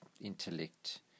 intellect